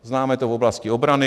Známe to v oblasti obrany.